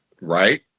right